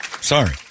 Sorry